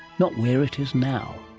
not where it is now.